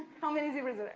how many zebras are there?